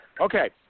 Okay